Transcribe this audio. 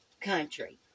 country